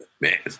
Man